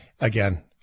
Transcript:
again